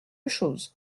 chose